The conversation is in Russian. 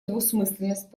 двусмысленность